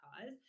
cause